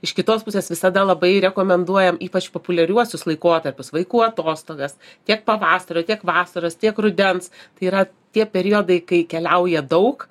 iš kitos pusės visada labai rekomenduojam ypač populiariuosius laikotarpius vaikų atostogas tiek pavasario tiek vasaros tiek rudens tai yra tie periodai kai keliauja daug